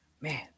man